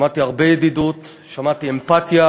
שמעתי הרבה ידידות, שמעתי אמפתיה,